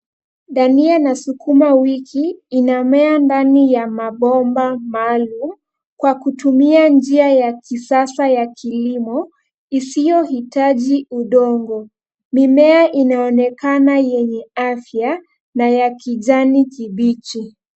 Dania na sukuma wiki inamea ndani ya mabomba mahalum kwa kutumia njia ya kisasa ya kilimo isiyo hitaji udongo mimea inaonekana yenye afia na ya kijani kibichi.